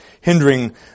hindering